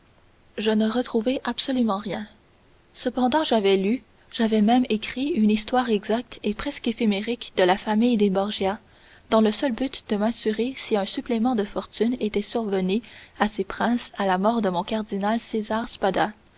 je ne retrouvai absolument rien cependant j'avais lu j'avais même écrit une histoire exacte et presque éphéméridique de la famille des borgia dans le seul but de m'assurer si un supplément de fortune était survenu à ces princes à la mort de mon cardinal césar